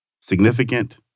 significant